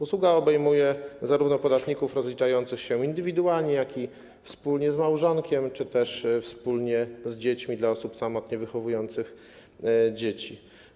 Usługa obejmuje zarówno podatników rozliczających się indywidualnie, jak i wspólnie z małżonkiem czy też wspólnie z dziećmi dla osób samotnie wychowujących dzieci.